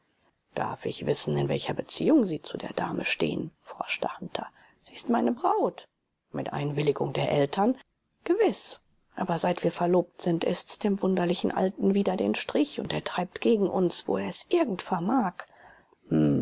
darf ich wissen in welcher beziehung sie zu der dame stehen forschte hunter sie ist meine braut mit einwilligung der eltern gewiß aber seit wir verlobt sind ist's dem wunderlichen alten wider den strich und er treibt gegen uns wo er es irgend vermag